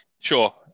sure